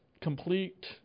complete